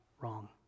wrong